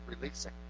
releasing